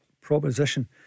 proposition